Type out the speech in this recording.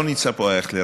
לא נמצא כאן אייכלר,